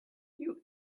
you